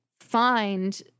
find